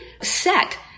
set